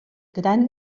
gran